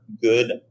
good